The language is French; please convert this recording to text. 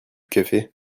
café